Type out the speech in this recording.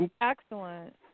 excellent